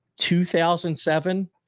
2007